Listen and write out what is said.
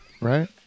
right